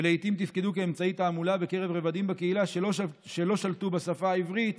ולעיתים תפקדו כאמצעי תעמולה בקרב רבדים בקהילה שלא שלטו בשפה העברית